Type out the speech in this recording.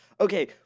okay